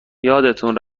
یادتون